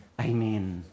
Amen